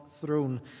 throne